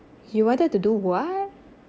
you wanted to do what